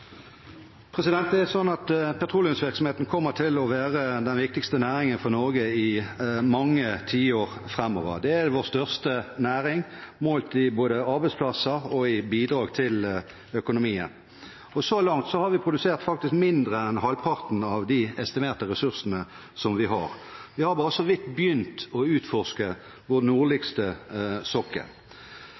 Det er slik at petroleumsvirksomheten kommer til å være den viktigste næringen for Norge i mange tiår framover. Det er vår største næring, målt i både arbeidsplasser og bidrag til økonomien. Så langt har vi faktisk produsert mindre enn halvparten av de estimerte ressursene som vi har. Vi har bare så vidt begynt å utforske vår nordligste sokkel.